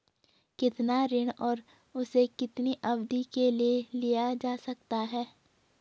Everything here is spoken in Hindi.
कितना ऋण और उसे कितनी अवधि के लिए लिया जा सकता है?